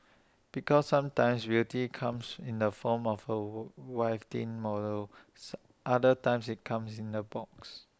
because sometimes beauty comes in the form of A waif thin model other times IT comes in A box